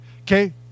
Okay